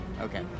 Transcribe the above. Okay